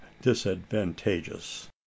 disadvantageous